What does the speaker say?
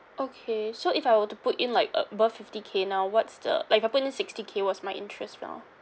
okay so if I were to put in like above fifty K now what's the like if I put in sixty K what's my interest now